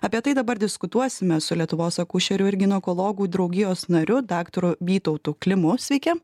apie tai dabar diskutuosime su lietuvos akušerių ir ginekologų draugijos nariu daktaru vytautu klimu sveiki